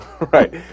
Right